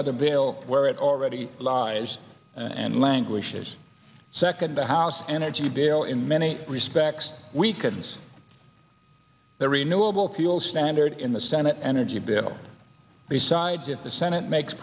other bill where it already lies and languishes second the house energy bill in many respects weakens the renewable fuel standard in the senate energy bill besides if the senate makes